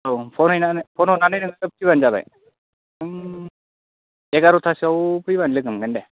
औ फन हैनानै फन हरनानै नोङो थाब फैबानो जाबाय नों एगार'थासोआव फैबानो लोगो मोनगोन दे